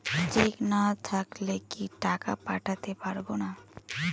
Check না থাকলে কি টাকা পাঠাতে পারবো না?